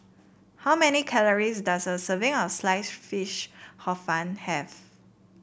how many calories does a serving of Sliced Fish Hor Fun have